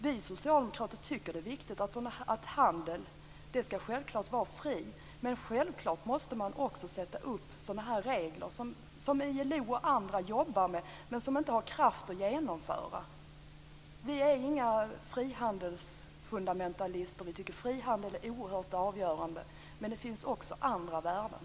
Vi socialdemokrater tycker självklart att handeln skall vara fri, men man måste också sätta upp sådana regler som ILO och andra jobbar med, men som de inte har kraft att genomföra. Vi är inga frihandelsfundamentalister. Vi tycker att frihandel är oerhört avgörande, men det finns också andra värden.